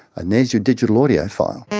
and there's your digital audio file.